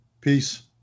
Peace